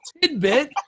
tidbit